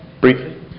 Briefly